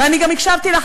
ואני גם הקשבתי לך,